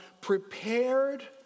prepared